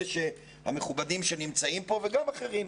אלה המכובדים שנמצאים פה וגם אחרים.